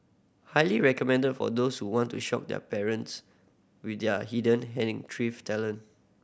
highly recommended for those who want to shock their partners with their hidden talent